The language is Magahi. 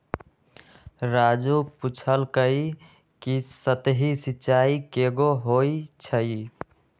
राजू पूछलकई कि सतही सिंचाई कैगो होई छई